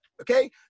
okay